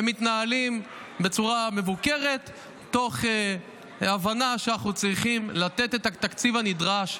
הם מתנהלים בצורה מבוקרת תוך הבנה שאנחנו צריכים לתת את התקציב הנדרש.